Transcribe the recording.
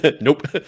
Nope